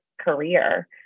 career